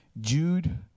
Jude